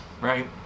right